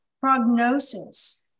prognosis